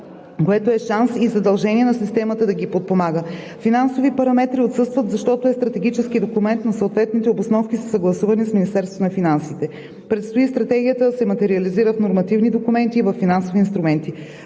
което е шанс и задължение на системата да ги подпомага. Финансови параметри отсъстват, защото е стратегически документ, но съответните обосновки са съгласувани с Министерството на финансите. Предстои Стратегията да се материализира в нормативни документи и във финансови инструменти.